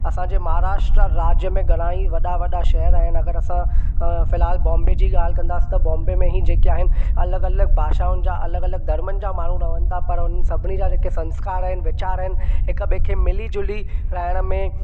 असांजे महाराष्ट्र राज्य में घणा ई वॾा वॾा शहर आहिनि अगरि असां फ़िलहाल बॉम्बे जी ॻाल्हि कंदासीं त बॉम्बे में ही जेके आहिनि अलॻि अलॻि भाषाउनि जा अलॻि अलॻि धर्मनि जा माण्हू रहनि था पर हुननि सभिनी जा जेके संस्कार आहिनि वीचार आहिनि हिकु ॿिएं खे मिली झुली रहण में